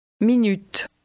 Minute